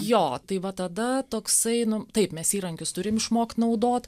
jo tai va tada toksai nu taip mes įrankius turim išmokt naudot